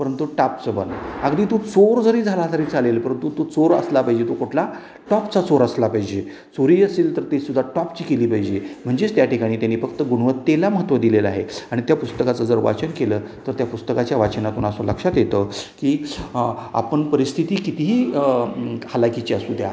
परंतु टापचं बन अगदी तू चोर जरी झाला तरी चालेल परंतु तू चोर असला पाहिजे तो कुठला टॉपचा चोर असला पाहिजे चोरी असेल तर तीसुद्धा टॉपची केली पाहिजे म्हणजेच ते ठिकाणी त्यांनी फक्त गुणवत्तेला महत्त्व दिलेलं आहे आणि त्या पुस्तकाचं जर वाचन केलं तर त्या पुस्तकाच्या वाचनातून असं लक्षात येतं की आपण परिस्थिती कितीही हलाखीची असू द्या